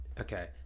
okay